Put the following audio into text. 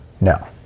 no